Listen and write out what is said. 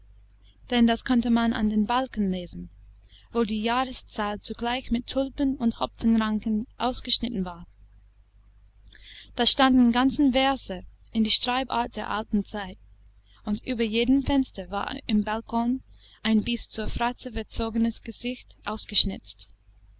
denn das konnte man an dem balken lesen wo die jahreszahl zugleich mit tulpen und hopfenranken ausgeschnitten war da standen ganze verse in der schreibart der alten zeit und über jedem fenster war im balkon ein bis zur fratze verzogenes gesicht ausgeschnitzt